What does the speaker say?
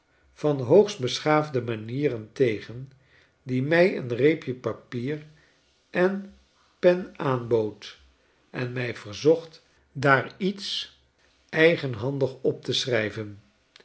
van hoogstbeschaafde manieren tegen die mij een reepje papier en pen aanbood en mij verzocht daar ietseigenhandig op te schrijven